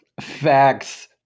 Facts